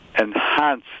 enhance